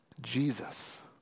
Jesus